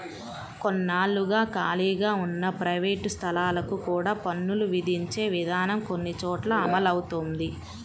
కొన్నాళ్లుగా ఖాళీగా ఉన్న ప్రైవేట్ స్థలాలకు కూడా పన్నులు విధించే విధానం కొన్ని చోట్ల అమలవుతోంది